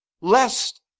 lest